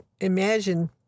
imagine